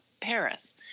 Paris